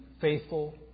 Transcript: faithful